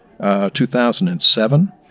2007